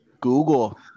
Google